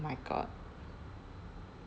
my god